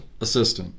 Assistant